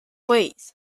ways